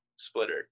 Splitter